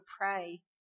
pray